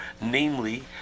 namely